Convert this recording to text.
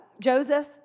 Joseph